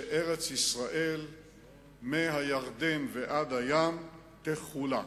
שארץ-ישראל מהירדן ועד הים תחולק,